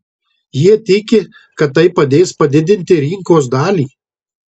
jie tiki kad tai padės padidinti rinkos dalį